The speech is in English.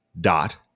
dot